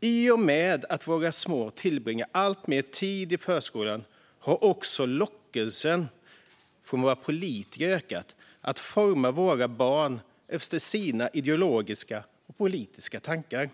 I och med att våra små tillbringar alltmer tid i förskolan har också lockelsen för politiker ökat att forma barnen efter sina ideologiska och politiska tankar.